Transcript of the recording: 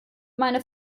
meine